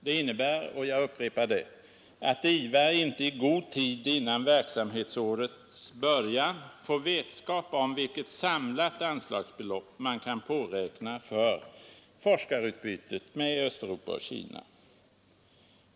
Det innebär — jag upprepar det — att IVA inte i god tid innan verksamhetsåret börjar får vetskap om vilket samlat anslagsbelopp man kan påräkna för forskarutbytet med Östeuropa och Kina.